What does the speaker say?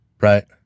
Right